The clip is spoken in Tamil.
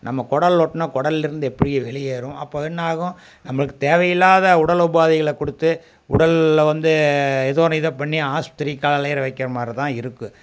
நம்ம குடல் ஒட்னா குடல்ருந்து எப்படி இது வெளியேறும் அப்போது அது என்ன ஆகும் நம்மளுக்கு தேவை இல்லாத உடல் உபாதைகளை கொடுத்து உடல்ல வந்து எதோ ஒன்று இதை பண்ணி ஆஸ்பித்திரிக்கு அலைகிற வைக்கிற மாதிரி தான் இருக்குது